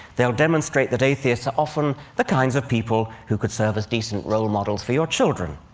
they'll demonstrate that atheists are often the kinds of people who could serve as decent role models for your children,